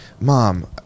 Mom